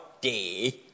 day